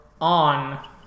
on